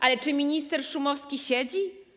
Ale czy minister Szumowski siedzi?